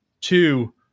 two